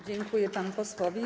Dziękuję panu posłowi.